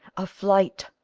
a flight.